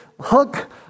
hook